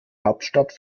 hauptstadt